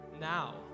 now